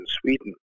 Sweden